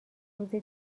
روزی